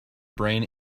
brain